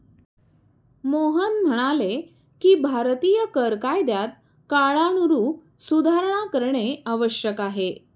मोहन म्हणाले की भारतीय कर कायद्यात काळानुरूप सुधारणा करणे आवश्यक आहे